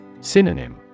Synonym